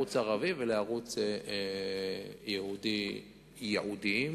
לערוץ ערבי ולערוץ יהודי ייעודיים,